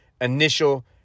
Initial